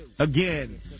Again